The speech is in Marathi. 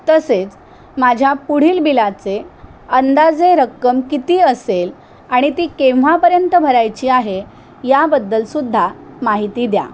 तसेच माझ्या पुढील बिलाचे अंदाजे रक्कम किती असेल आणि ती केव्हापर्यंत भरायची आहे याबद्दलसुद्धा माहिती द्या